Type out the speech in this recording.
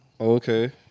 okay